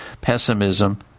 Pessimism